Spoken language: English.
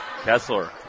Kessler